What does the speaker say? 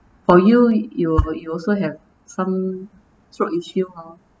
for you you you also have some throat issue hor